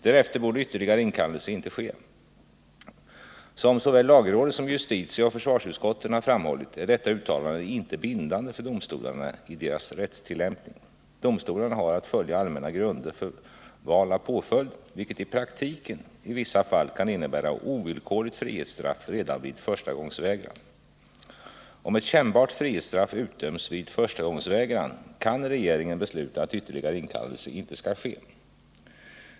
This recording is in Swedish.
Därefter borde ytterligare inkallelse inte ske. Som såväl lagrådet som justitieoch försvarsutskotten har framhållit är detta uttalande inte bindande för domstolarna i deras rättstillämpning. Domstolarna har att följa allmänna grunder för val av påföljd, vilket i praktiken i vissa fall kan innebära ovillkorligt frihetsstraff redan vid förstagångsvägran. Om ett kännbart frihetsstraff utdöms vid förstagångsvägran, kan regeringen besluta att ytterligare inkallelse inte skall ske.